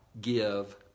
give